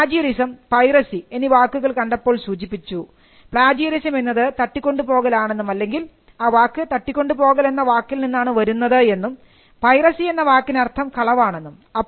നമ്മൾ plagiarism piracy എന്നീ വാക്കുകൾ കണ്ടപ്പോൾ സൂചിപ്പിച്ചു പ്ളാജിയറിസം എന്നത് തട്ടിക്കൊണ്ടുപോകൽ ആണെന്നും അല്ലെങ്കിൽ ആ വാക്ക് തട്ടിക്കൊണ്ടുപോകൽ എന്ന വാക്കിൽ നിന്നാണ് വരുന്നത് എന്നും പൈറസി എന്ന വാക്കിനർത്ഥം കളവാണെന്നും